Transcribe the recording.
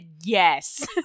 yes